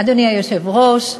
אדוני היושב-ראש,